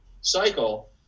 cycle